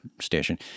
station